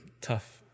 Tough